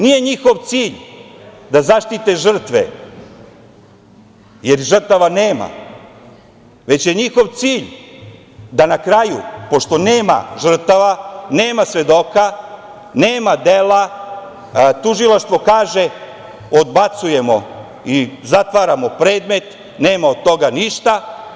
Nije njihov cilj da zaštite žrtve, jer žrtava nema, već je njihov cilj da na kraju pošto nema žrtava, nema svedoka, nema dela, tužilaštvo kaže – odbacujemo i zatvaramo predmet, nema od toga ništa.